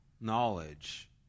knowledge